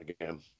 again